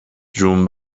جون